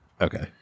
Okay